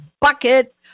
bucket